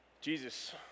Jesus